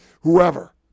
whoever